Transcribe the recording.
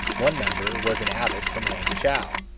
one member was an abbot from hangchow.